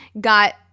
got